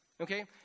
Okay